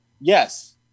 yes